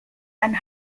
ein